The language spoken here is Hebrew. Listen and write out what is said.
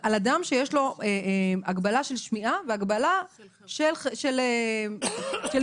שיש לו הגבלה של שמיעה והגבלה של עיוורון.